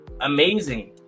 amazing